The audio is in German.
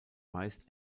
meist